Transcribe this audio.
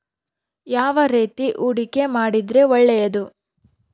ಯಾವ ರೇತಿ ಹೂಡಿಕೆ ಮಾಡಿದ್ರೆ ಒಳ್ಳೆಯದು?